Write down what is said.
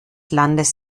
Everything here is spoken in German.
landes